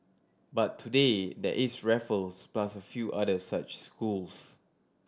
but today there is Raffles plus a few other such schools